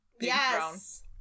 Yes